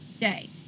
day